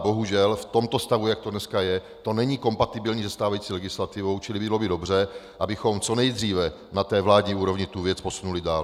Bohužel, v tomto stavu, jak to dneska je, to není kompatibilní se stávající legislativou, čili bylo by dobře, abychom co nejdříve na vládní úrovni tu věc posunuli dál.